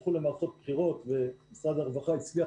הלכו למערכות בחירות ומשרד הרווחה הצליח